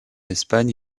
espagne